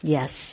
Yes